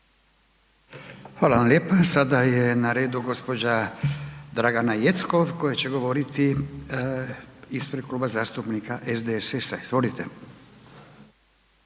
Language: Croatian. Hvala vam lijepa, sada je na redu gđa. Dragana Jeckov koja će govoriti ispred Kluba zastupnika SDSS-a, izvolite.